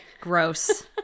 Gross